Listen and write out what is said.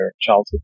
childhood